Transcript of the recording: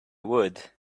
would